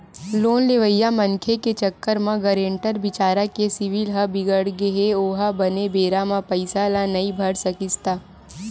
loan लेवइया मनखे के चक्कर म गारेंटर बिचारा के सिविल ह बिगड़गे हे ओहा बने बेरा म पइसा ल नइ भर सकिस त